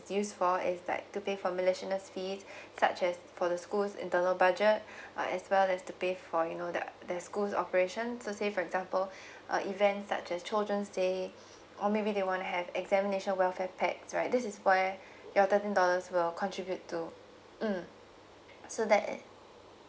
used for is like to pay for miscellaneous fees such as for the school's internal budget and as well as to pay for you know the the schools operation so say for example uh event such as children's day or maybe they want to have examination welfare pack right this is where your thirteen dollars will contribute to mm so that's it